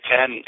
Ten